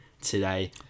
today